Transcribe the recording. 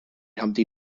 humpty